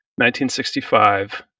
1965